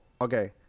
okay